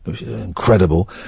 Incredible